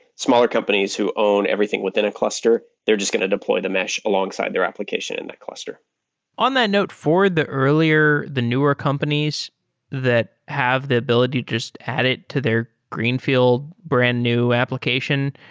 smaller companies who own everything within a cluster, they're just going to deploy the mesh alongside their application in that cluster on that note, for the earlier, the newer companies that have the ability to just add it to their greenfield, brand-new application,